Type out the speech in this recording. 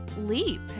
leap